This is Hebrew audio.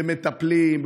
למטפלים,